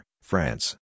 France